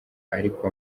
ariko